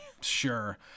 sure